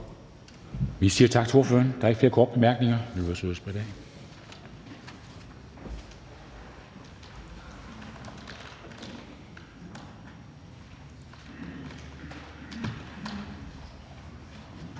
Tak til ordføreren. Der er ikke flere korte bemærkninger.